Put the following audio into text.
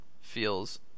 feels